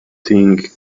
thing